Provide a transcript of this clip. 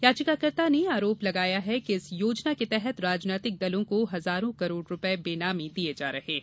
याचिकाकर्ता ने आरोप लगाया है कि इस योजना के तहत राजनीतिक दलों को हजारों करोड़ रूपये बेनामी दिये जा रहे हैं